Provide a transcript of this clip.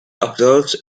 observes